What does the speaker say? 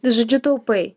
tai žodžiu taupai